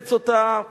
אימץ אותה.